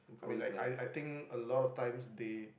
I mean like I I think a lot of times they